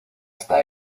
está